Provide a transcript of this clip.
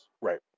Right